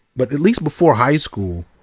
but at least before high school,